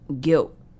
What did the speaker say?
guilt